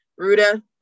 Ruda